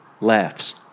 laughs